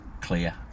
clear